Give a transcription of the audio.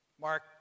Mark